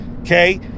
okay